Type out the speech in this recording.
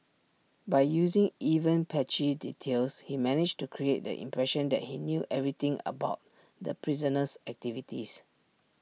by using even patchy details he managed to create the impression that he knew everything about the prisoner's activities